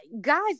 guys